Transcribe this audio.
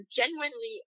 genuinely